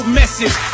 message